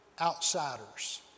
outsiders